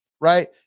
right